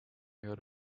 your